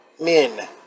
men